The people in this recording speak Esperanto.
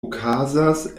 okazas